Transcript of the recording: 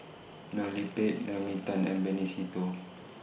Loh Lik Peng Naomi Tan and Benny Se Teo